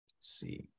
see